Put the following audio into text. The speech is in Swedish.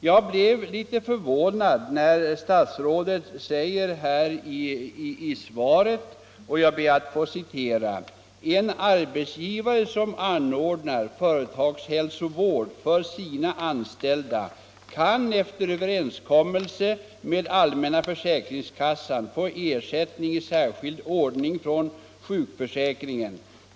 Jag blev litet förvånad när statsrådet säger här i svaret: ”En arbetsgivare, som anordnar företagshälsovård för sina anställda, kan efter överenskommelse med allmän försäkringskassa få ersättning i särskild ordning från sjukförsäkringen.